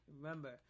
Remember